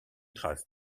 trace